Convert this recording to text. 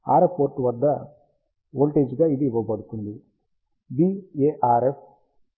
RF port వద్ద voltage గా ఇది ఇవ్వబడుతుంది b ARF ALO × RL